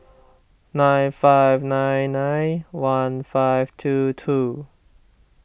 nine five nine nine one five two two